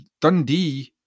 Dundee